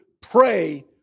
pray